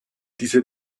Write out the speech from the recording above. diese